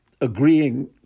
agreeing